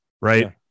right